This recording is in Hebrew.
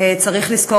לתודות וברכות,